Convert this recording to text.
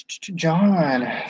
John